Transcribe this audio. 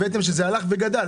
הבאתם שזה הלך וגדל,